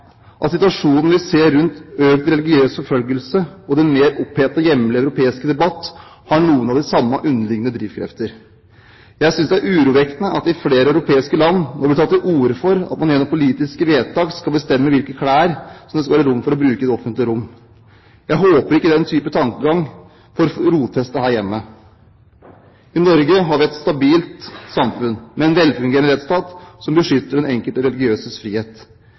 at situasjonen vi ser rundt økt religiøs forfølgelse og den mer opphetede hjemlige europeiske debatt, har noen av de samme underliggende drivkrefter. Jeg synes det er urovekkende at det i flere europeiske land nå blir tatt til orde for at man gjennom politiske vedtak skal bestemme hvilke klær det skal være rom for å bruke i det offentlige rom. Jeg håper ikke den type tankegang får rotfeste her hjemme. I Norge har vi et stabilt samfunn med en velfungerende rettsstat som beskytter den enkelte religiøses frihet.